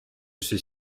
suis